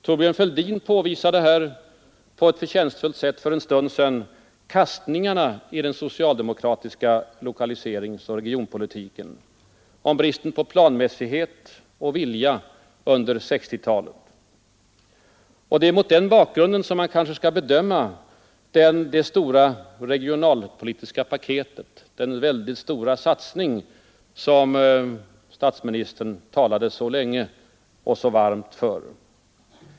Thorbjörn Fälldin påvisade här för en stund sedan på ett förtjänstfullt sätt kastningarna i den socialdemokratiska lokaliseringsoch regionpolitiken och bristen på planmässighet och vilja under 1960-talet. Det är kanske mot den bakgrunden som man skall bedöma det stora regionalpolitiska paketet, den väldigt stora satning som statsministern talade så länge och så varmt för.